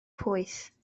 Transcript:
pwyth